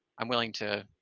i'm willing to